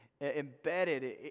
embedded